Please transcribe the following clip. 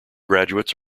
graduates